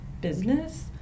business